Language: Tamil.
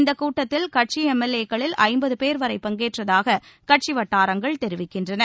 இந்தக் கூட்டத்தில் கட்சி எம் எல் ஏக்களில் ஜம்பது பேர் வரை பங்கேற்றதாக கட்சி வட்டாரங்கள் தெரிவிக்கின்றன